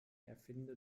erfinde